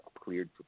cleared